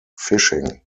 fishing